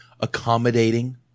accommodating